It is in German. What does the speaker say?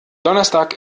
donnerstag